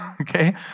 okay